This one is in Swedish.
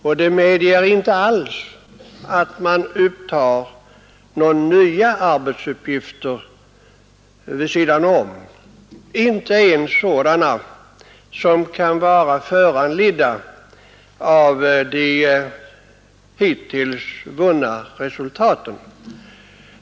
Och det medger inte att man upptar några nya arbetsuppgifter vid sidan om, inte ens sådana uppgifter som kan vara föranledda av de hittills vunna resultaten.